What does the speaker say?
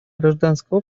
гражданское